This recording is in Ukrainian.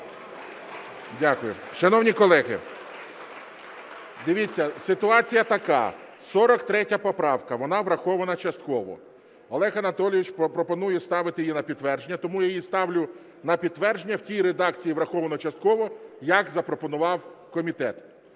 Дякую. Шановні колеги, дивіться, ситуація така, 43 поправка, вона врахована частково. Олег Анатолійович пропонує ставити її на підтвердження, тому я її ставлю на підтвердження в тій редакції, враховано частково, як запропонував комітет.